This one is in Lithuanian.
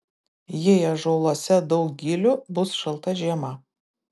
jei ąžuoluose daug gilių bus šalta žiema